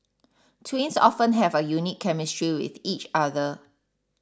twins often have a unique chemistry with each other